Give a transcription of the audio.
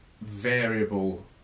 variable